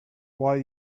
why